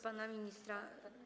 Pana ministra.